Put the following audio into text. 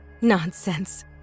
Nonsense